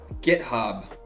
GitHub